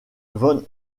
van